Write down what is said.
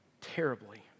terribly